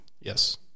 Yes